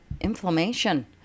inflammation